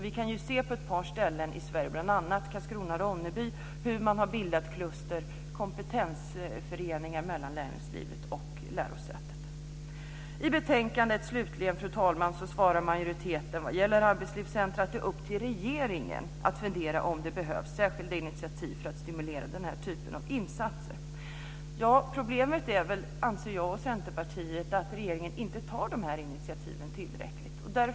Vi kan se hur man på ett par ställen i Sverige, bl.a. i Karlskrona/Ronneby, har bildat kluster eller kompetensföreningar mellan näringslivet och lärosätet. Fru talman! Majoriteten i utskottet uttalar slutligen vad gäller arbetslivscentrum att det är upp till regeringen att fundera över om det behövs särskilda initiativ för att stimulera här typen av insatser. Jag och Centerpartiet anser att problemet är att regeringen inte tar tillräckliga initiativ.